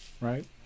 right